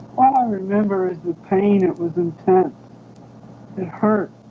all i remember is the pain. it was intense it hurt